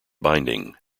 binding